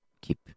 Keep